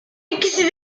ikisi